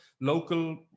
local